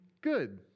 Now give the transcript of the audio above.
good